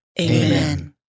Amen